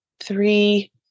three